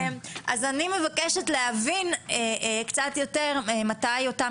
אז אני מבקשת להבין קצת יותר מתי אותם